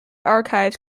archives